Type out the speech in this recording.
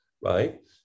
right